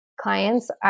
clients